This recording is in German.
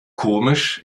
komisch